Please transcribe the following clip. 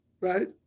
right